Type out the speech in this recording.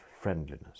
friendliness